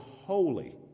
holy